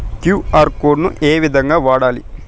QR code ను ఏ విధంగా వాడాలి?